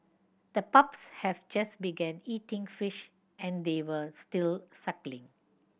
the pups have just began eating fish and they were still suckling